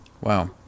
wow